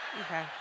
Okay